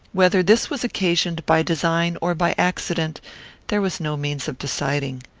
whether this was occasioned by design or by accident there was no means of deciding.